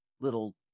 little